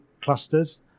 clusters